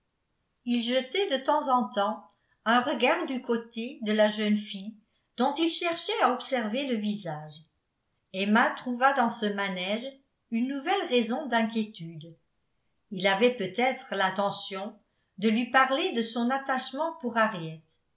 il jetait de temps en temps un regard du côté de la jeune fille dont il cherchait à observer le visage emma trouva dans ce manège une nouvelle raison d'inquiétude il avait peut-être l'intention de lui parler de son attachement pour